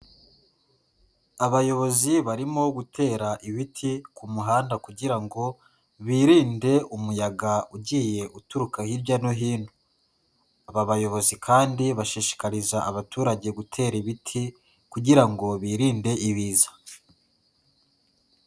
Abayobozi barimo gutera ibiti ku muhanda kugira ngo birinde umuyaga ugiye uturuka hirya no hino, aba bayobozi kandi bashishikariza abaturage gutera ibiti kugira ngo birinde ibiza.